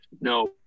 No